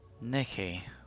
Nicky